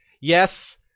Yes